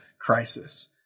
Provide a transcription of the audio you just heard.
crisis